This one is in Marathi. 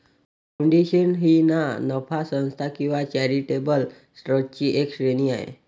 फाउंडेशन ही ना नफा संस्था किंवा चॅरिटेबल ट्रस्टची एक श्रेणी आहे